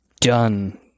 done